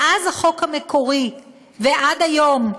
מאז החוק המקורי ועד היום,